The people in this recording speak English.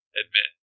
admit